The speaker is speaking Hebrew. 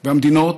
והמדינות,